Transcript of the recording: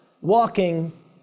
walking